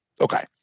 Okay